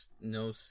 no